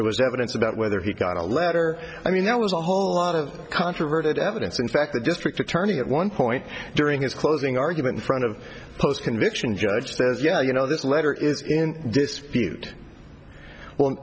there was evidence about whether he got a letter i mean that was a whole lot of controverted evidence in fact the district attorney at one point during his closing argument front of post conviction judge says yeah you know this letter is in dispute on